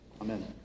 Amen